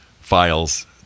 files